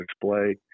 display